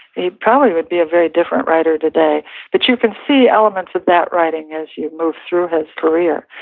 he probably would be a very different writer today but you can see elements of that writing as you move through his career,